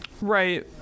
Right